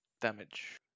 damage